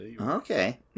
Okay